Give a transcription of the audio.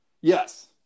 Yes